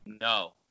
no